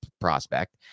prospect